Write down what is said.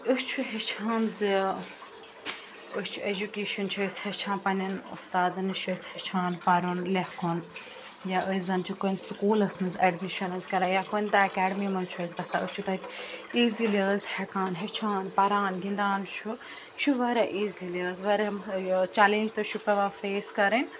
أسۍ چھِ ہیٚچھان زِ أسۍ چھِ اٮ۪جُکیشَن چھِ أسۍ ہیٚچھان پنٛنٮ۪ن اُستادَن نِش چھِ أسۍ ہیٚچھان پَرُن لٮ۪کھُن یا أسۍ زَن چھِ کُنہِ سکوٗلَس منٛز اٮ۪ڈمِشَن حظ کَران یا کُنہِ تہِ اٮ۪کیڈمی منٛز چھُ أسۍ گژھان أسۍ چھُ تَتہِ ایٖزلی حظ ہٮ۪کان ہیٚچھان پَران گِنٛدان چھُ یہِ چھُ واریاہ ایٖزلی حظ واریاہ یہِ چٮ۪لینٛج تہِ چھُ پٮ۪وان فیس کَرٕنۍ